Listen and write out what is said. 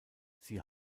sie